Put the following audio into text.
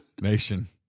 nation